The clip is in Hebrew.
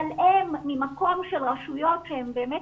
אבל הן ממקום של רשויות שהן באמת